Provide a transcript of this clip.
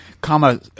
comma